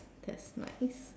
that's nice